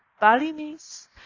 Balinese